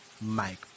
Mike